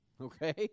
Okay